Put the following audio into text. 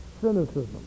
cynicism